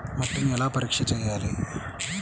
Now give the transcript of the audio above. మట్టిని ఎలా పరీక్ష చేయాలి?